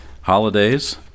holidays